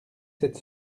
sept